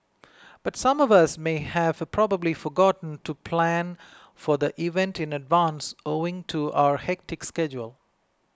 but some of us may have probably forgotten to plan for the event in advance owing to our hectic schedule